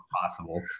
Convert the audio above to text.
possible